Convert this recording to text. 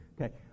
okay